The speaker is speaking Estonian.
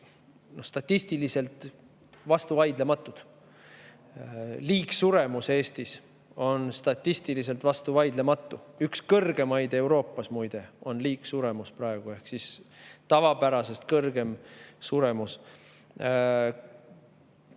statistiliselt vastuvaidlematud, liigsuremus Eestis on statistiliselt vastuvaidlematu, üks kõrgeimaid Euroopas, muide, on praegu liigsuremus ehk tavapärasest kõrgem suremus.